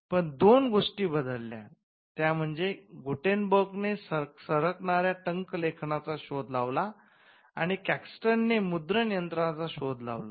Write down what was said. पण दोन गोष्टी बदलल्या त्या म्हणजे गुटेनबर्गने सरकणाऱ्या टन्क लेखनाचा शोध लावला आणि कॅक्सटने मुद्रण यंत्राचा शोध लावला